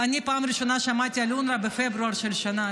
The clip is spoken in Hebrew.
ואני פעם ראשונה שמעתי על אונר"א בפברואר השנה,